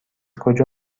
کجا